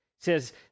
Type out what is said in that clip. says